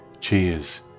Cheers